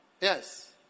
Yes